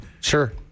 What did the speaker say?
Sure